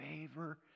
favor